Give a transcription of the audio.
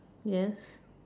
yes